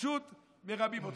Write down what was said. פשוט מרמים אותך.